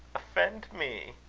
offend me!